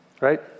right